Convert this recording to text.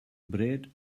bread